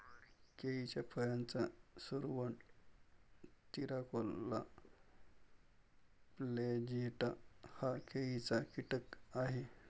केळीच्या फळाचा सुरवंट, तिराकोला प्लॅजिएटा हा केळीचा कीटक आहे